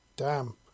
Damn